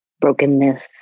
brokenness